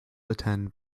attend